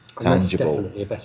tangible